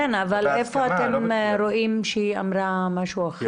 כן, אבל איפה אתם רואים שהיא אמרה משהו אחר?